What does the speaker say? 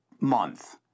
month